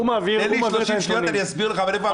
אני אסביר לך בדיוק מה.